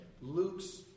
Luke's